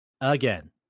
Again